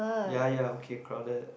ya ya okay crowded